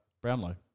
Brownlow